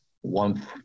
one